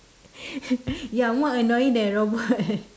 you're more annoying than a robot